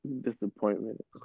Disappointment